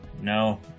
no